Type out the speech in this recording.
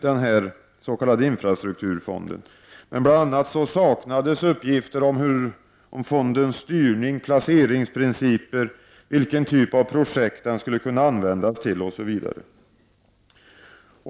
Bl.a. saknades uppgifter om fondens styrning, placeringsprinciper och vilken typ av projekt den skulle kunna användas till osv.